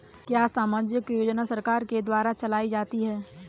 क्या सामाजिक योजना सरकार के द्वारा चलाई जाती है?